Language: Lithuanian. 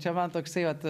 čia man toksai vat